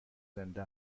زنده